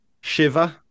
Shiver